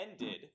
ended